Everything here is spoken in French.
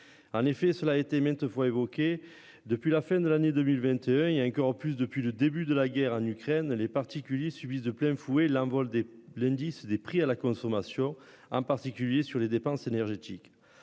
En effet, cela a été maintes fois évoquée depuis la fin de l'année 2021 et encore plus depuis le début de la guerre en Ukraine, les particuliers subissent de plein fouet l'envol des l'indice des prix à la consommation, en particulier sur les dépenses énergétiques.